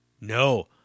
No